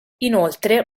inoltre